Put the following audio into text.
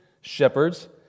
shepherds